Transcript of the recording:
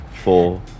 four